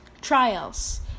trials